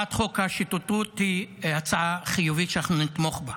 הצעת חוק השוטטות היא הצעה חיובית שאנחנו נתמוך בה.